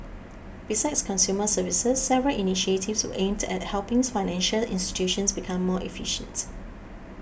besides consumer services several initiatives were aimed at helping financial institutions become more efficient